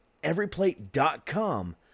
everyplate.com